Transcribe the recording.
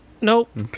Nope